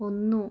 ഒന്ന്